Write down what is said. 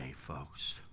folks